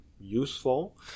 useful